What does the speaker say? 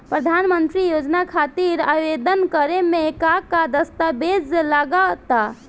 प्रधानमंत्री योजना खातिर आवेदन करे मे का का दस्तावेजऽ लगा ता?